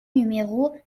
numéro